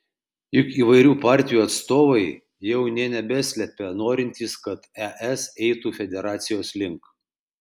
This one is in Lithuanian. juk įvairių partijų atstovai jau nė nebeslepia norintys kad es eitų federacijos link